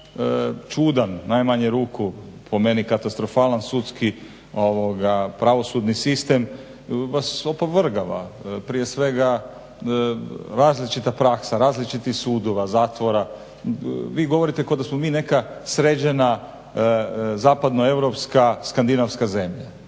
čudan u najmanju ruku po meni katastrofalan sudski pravosudni sistem vas opovrgava. Prije svega različita praksa, različitih sudova, zatvora. Vi govorite kao da smo mi neka sređena zapadnoeuropska skandinavska zemlja.